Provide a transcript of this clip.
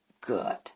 good